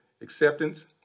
acceptance